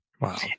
Wow